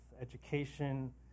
education